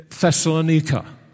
Thessalonica